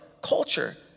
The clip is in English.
culture